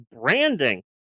branding